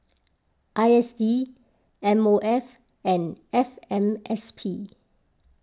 I S D M O F and F M S P